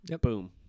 Boom